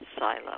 silo